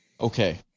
Okay